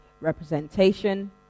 representation